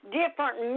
different